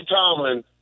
Tomlin